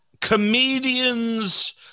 Comedians